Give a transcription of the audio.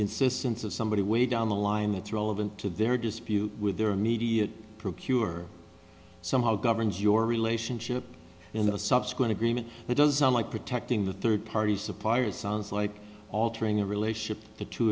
insistence of somebody way down the line it's relevant to their dispute with their immediate procurer somehow governs your relationship in the subsequent agreement it doesn't like protecting the third party suppliers sounds like altering a relationship the two